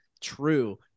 true